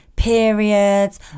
periods